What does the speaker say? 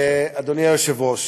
אדוני היושב-ראש,